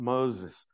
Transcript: Moses